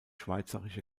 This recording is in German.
schweizerische